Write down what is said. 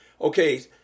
okay